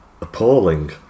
appalling